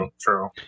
true